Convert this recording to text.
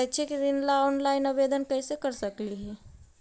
शैक्षिक ऋण ला ऑनलाइन आवेदन कैसे कर सकली हे?